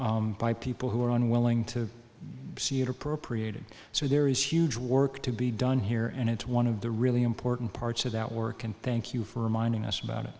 by people who are unwilling to see it appropriated so there is huge work to be done here and it's one of the really important parts of that work and thank you for reminding us about it